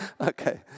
Okay